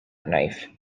knife